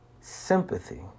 sympathy